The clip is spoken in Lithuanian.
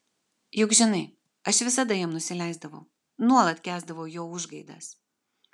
juk žinai aš visada jam nusileisdavau nuolat kęsdavau jo užgaidas